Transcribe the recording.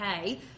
okay